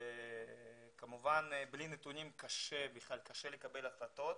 כמובן שבלי נתונים קשה לקבל החלטות,